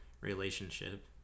relationship